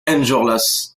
enjolras